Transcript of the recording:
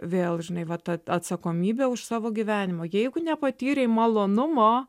vėl žinai va ta atsakomybė už savo gyvenimą jeigu nepatyrei malonumo